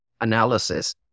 analysis